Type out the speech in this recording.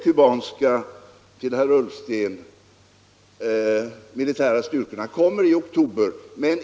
Sedan några ord till herr Ullsten om de kubanska militära styrkorna i Angola.